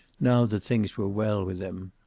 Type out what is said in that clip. now that things were well with him.